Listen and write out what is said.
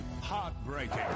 Heartbreaking